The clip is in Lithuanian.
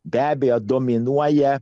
be abejo dominuoja